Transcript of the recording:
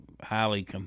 highly